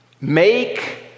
make